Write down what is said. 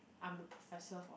I'm the professor for